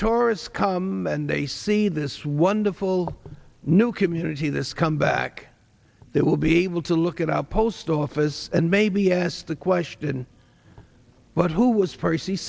tourists come and they see this wonderful new community that's come back there will be able to look at our post office and maybe ask the question but who was percy